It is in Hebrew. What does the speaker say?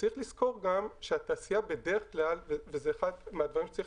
צריך לזכור גם שהתעשייה בדרך כלל וזה אחד הדברים שצריך